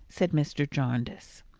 said mr. jarndyce.